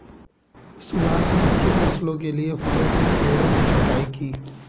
सुभाष ने अच्छी फसल के लिए फलों के पेड़ों की छंटाई की